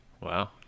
Wow